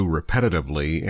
repetitively